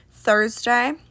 Thursday